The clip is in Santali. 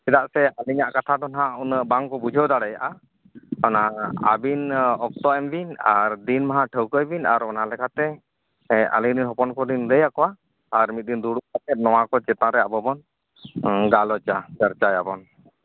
ᱪᱮᱫᱟᱜ ᱥᱮ ᱟᱹᱞᱤᱧᱟᱜ ᱠᱟᱛᱷᱟ ᱫᱚ ᱱᱟᱦᱟᱸᱜ ᱩᱱᱟᱹᱜ ᱵᱟᱝ ᱠᱚ ᱵᱩᱡᱷᱟᱹᱣ ᱫᱟᱲᱮᱭᱟᱜᱼᱟ ᱚᱱᱟ ᱟᱹᱵᱤᱱ ᱚᱠᱛᱚ ᱮᱢ ᱵᱤᱱ ᱟᱨ ᱫᱤᱱ ᱦᱟᱸᱜ ᱴᱷᱟᱹᱶᱠᱟᱹᱭ ᱵᱤᱱ ᱟᱨ ᱚᱱᱟ ᱞᱮᱠᱟᱛᱮ ᱟᱹᱞᱤᱧ ᱨᱮᱱ ᱦᱚᱯᱚᱱ ᱠᱚᱞᱤᱧ ᱞᱟᱹᱭ ᱟᱠᱚᱣᱟ ᱟᱨ ᱢᱤᱫ ᱫᱤᱱ ᱫᱩᱲᱩᱵ ᱠᱟᱛᱮᱫ ᱱᱚᱣᱟ ᱠᱚ ᱪᱮᱛᱟᱱ ᱨᱮ ᱟᱵᱚ ᱵᱚᱱ ᱜᱟᱞᱚᱪᱼᱟ ᱪᱚᱨᱪᱟᱭᱟᱵᱚᱱ